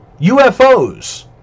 UFOs